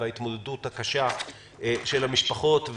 וההתמודדות הקשה של המשפחות,